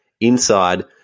inside